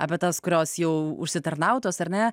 apie tas kurios jau užsitarnautos ar ne